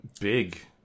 big